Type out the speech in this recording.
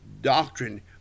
doctrine